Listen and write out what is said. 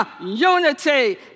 unity